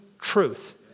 truth